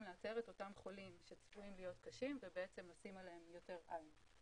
לאתר את אותם חולים שצפויים להיות קשים ובעצם לשים עליהם יותר עין.